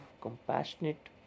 compassionate